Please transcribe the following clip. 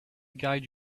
guide